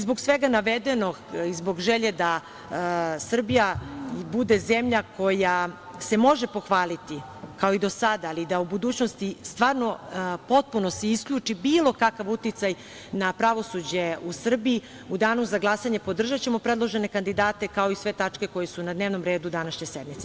Zbog svega navedenog i zbog želje da Srbija bude zemlja koja se može pohvaliti, kao i do sada, da se u budućnosti potpuno isključi bilo kakav uticaj na pravosuđe u Srbiji, u danu za glasanje podržaćemo predložene kandidate, kao i sve tačke koje su na dnevnom redu današnje sednice.